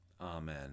Amen